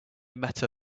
matter